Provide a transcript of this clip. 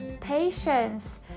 patience